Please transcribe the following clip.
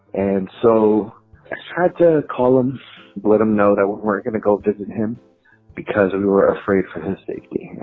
and so hard to columns let him know that we're going to go visit him because we were afraid for his safety.